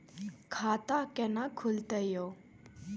खाता केना खुलतै यो